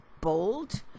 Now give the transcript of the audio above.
bold